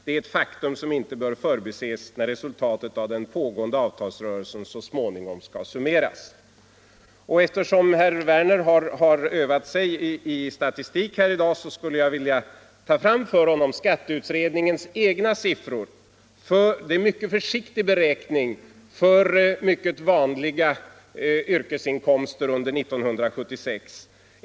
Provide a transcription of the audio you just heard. Det är ett faktum, som inte bör förbises, när resultatet av den pågående avtalsrörelsen så småningom ska summeras.” Eftersom herr Werner i Tyresö har övat sig i statistik i dag skulle jag vilja läsa upp för honom skatteutredningens egna siffror. Det är en mycket försiktig beräkning av mycket vanliga yrkesinkomster under 1976.